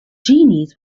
genies